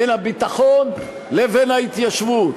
בין הביטחון לבין ההתיישבות.